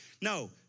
No